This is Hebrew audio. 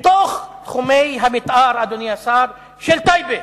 זה בתחומי המיתאר, אדוני השר, של טייבה.